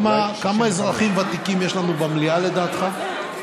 כמה אזרחים ותיקים יש לנו במליאה, לדעתך?